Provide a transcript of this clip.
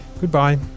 Goodbye